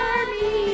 Army